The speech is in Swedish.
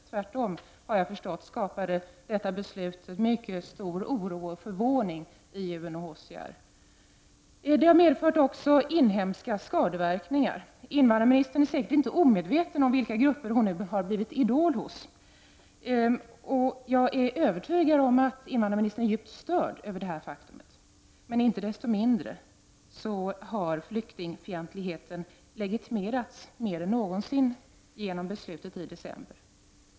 Tvärtom, har jag förstått, skapar detta beslut mycket stor oro och förvåning i UNHCR. Beslutet har haft också inhemska skadeverkningar. Invandrarministern är säkert inte omedveten om, vilka grupper hon har blivit idol hos. Jag är övertygad om att invandrarministern är djupt störd av detta faktum. Men inte desto mindre har flyktingfientligheten legitimerats mer än någonsin genom beslutet i december.